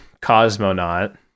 cosmonaut